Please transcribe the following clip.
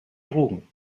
drogen